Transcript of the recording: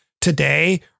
today